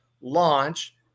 launch